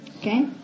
okay